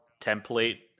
template